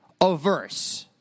averse